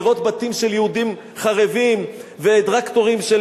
לראות בתים של יהודים חרבים וטרקטורים של